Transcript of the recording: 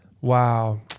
wow